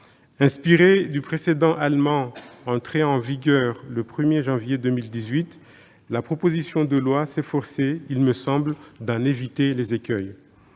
Inspirée du précédent allemand, entré en vigueur le 1 janvier 2018, la proposition de loi s'efforçait, me semble-t-il, d'en éviter les écueils.